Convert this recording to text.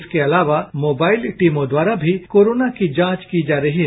इसके अलावा मोबाइल टीमों द्वारा भी कोरोना की जांच की जा रही है